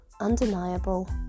undeniable